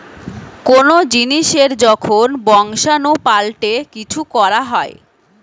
কোন জিনিসের যখন বংশাণু পাল্টে কিছু করা হয়